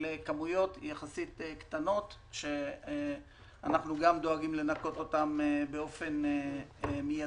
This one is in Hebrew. אלה כמויות יחסית קטנות שאנחנו גם דואגים לנקות אותן באופן מיידי.